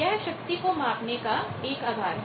यह शक्ति को मापने का आधार है